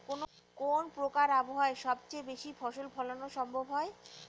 কোন প্রকার আবহাওয়ায় সবচেয়ে বেশি ফসল ফলানো সম্ভব হয়?